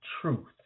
truth